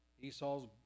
Esau's